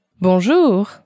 Bonjour